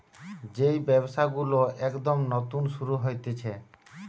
যেই ব্যবসা গুলো একদম নতুন শুরু হতিছে